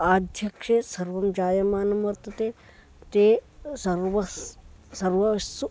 अध्यक्षे सर्वं जायमानं वर्तते ते सर्वस् सर्वासु